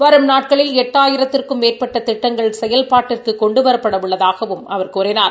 வரும் நாட்களில் எட்டாயிரத்திற்கும் மேற்பட்ட திட்டங்கள் செயல்பாட்டிற்கு கொண்டுவரப்பட உள்ளதாகவும் அவர் தெரிவிக்கார்